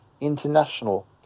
international